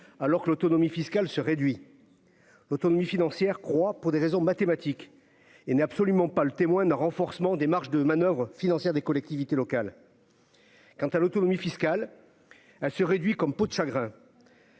alors que l'autonomie fiscale se réduit l'autonomie financière croit pour des raisons mathématiques et n'est absolument pas le témoin d'un renforcement des marges de manoeuvres financières des collectivités locales quant à l'autonomie fiscale se réduit comme peau de chagrin,